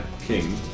king